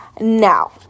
Now